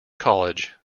college